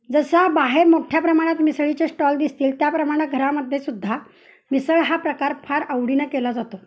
जसा बाहेर मोठ्या प्रमाणात मिसळीचे श्टॉल दिसतील त्या प्रमाणात घरामध्ये सुद्धा मिसळ हा प्रकार फार आवडीनं केला जातो